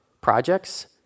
projects